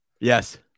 Yes